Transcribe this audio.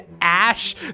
ash